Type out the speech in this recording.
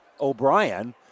O'Brien